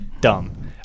Dumb